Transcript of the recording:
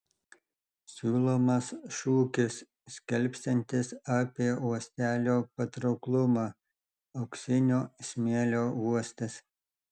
siūlomas šūkis skelbsiantis apie uostelio patrauklumą auksinio smėlio uostas